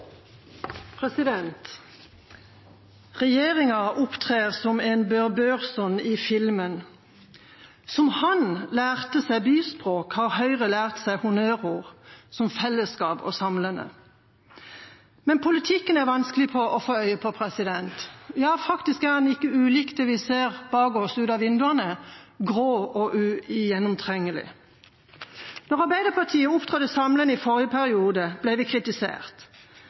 Regjeringa opptrer som en Bør Børson i filmen. Som han lærte seg byspråk, har Høyre lært seg honnørord – som «fellesskap» og «samlende». Men politikken er vanskelig å få øye på. Faktisk er den ikke ulik det vi ser gjennom vinduene – grå og ugjennomtrengelig. Da Arbeiderpartiet opptrådte samlende i forrige periode, ble det kritisert.